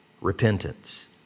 Repentance